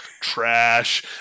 trash